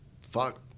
fuck